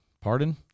Pardon